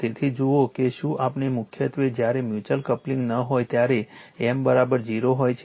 તેથી જુઓ કે શું આપણે મુખ્યત્વે જ્યારે મ્યુચ્યુઅલ કપ્લિંગ ન હોય ત્યારે M 0 હોય છે